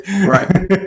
Right